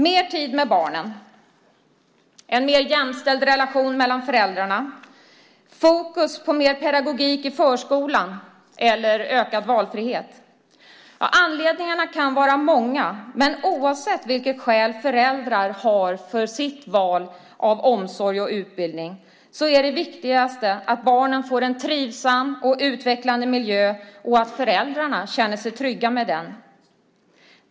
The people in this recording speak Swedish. Mer tid med barnen, en mer jämställd relation mellan föräldrarna, fokus på mer pedagogik i förskolan eller ökad valfrihet - ja, anledningarna kan vara många, men oavsett vilket skäl föräldrar har för sitt val av omsorg och utbildning är det viktigaste att barnen får en trivsam och utvecklande miljö och att föräldrarna känner sig trygga med den.